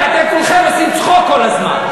אתם כולכם עושים צחוק כל הזמן,